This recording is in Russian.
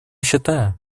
считаю